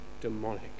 demonic